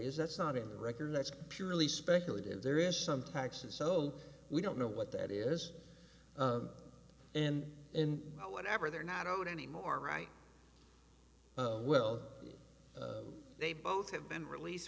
is that's not in the record that's purely speculative there is some taxes so we don't know what that is and in whatever they're not anymore right well they both have been released